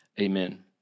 Amen